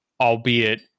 albeit